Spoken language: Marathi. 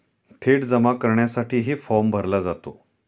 थेट जमा करण्यासाठीही फॉर्म भरला जातो